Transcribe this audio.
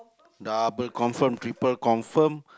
double confirm triple confirm